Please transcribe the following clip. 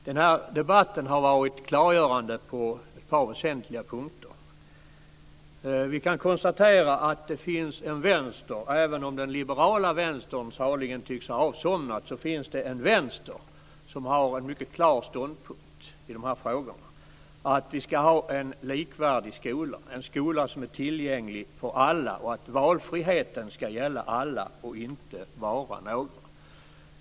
Fru talman! Debatten har varit klargörande på ett par väsentliga punkter. Vi kan konstatera att det finns en vänster. Även om den liberala vänstern saligen tycks ha avsomnat finns det en vänster med en klar ståndpunkt i dessa frågor, dvs. att det ska finnas en likvärdig skola, en skola som är tillgänglig för alla och att valfriheten ska gälla alla och inte bara några.